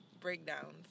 breakdowns